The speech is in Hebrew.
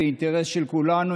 זה אינטרס של כולנו,